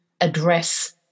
address